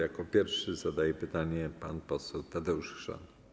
Jako pierwszy zadaje pytanie pan poseł Tadeusz Chrzan.